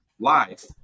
life